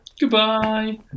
Goodbye